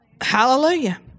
hallelujah